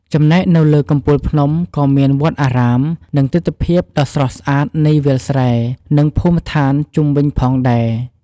ចំណែកនៅលើកំពូលភ្នំ ក៏មានវត្តអារាម និងទិដ្ឋភាពដ៏ស្រស់ស្អាតនៃវាលស្រែ និងភូមិឋានជុំវិញផងដែរ។